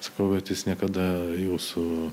sakau kad jis niekada jūsų